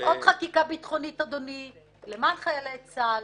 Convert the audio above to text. עוד חקיקה ביטחונית אדוני, למען חיילי צה"ל